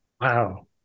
Wow